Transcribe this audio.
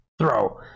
throw